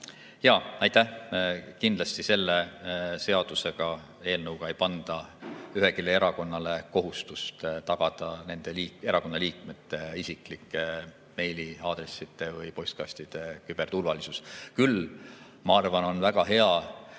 Aitäh! Kindlasti selle seaduseelnõuga ei panda ühelegi erakonnale kohustust tagada erakonna liikmete isiklike meiliaadresside või ‑postkastide küberturvalisust. Küll ma arvan, et on väga hea,